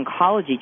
oncology